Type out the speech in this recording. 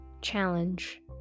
challenge